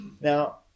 Now